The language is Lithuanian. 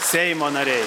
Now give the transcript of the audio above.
seimo nariai